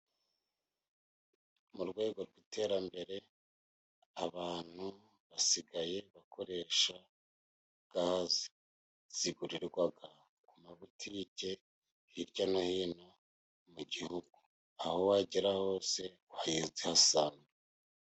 Mu rwego rw'iterambere abantu basigaye bakoresha gaze, zigurirwaa ku mabutike hirya hirya no hino mu gihugu, aho wagera hose wayihasanga.